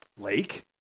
lake